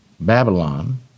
Babylon